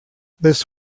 this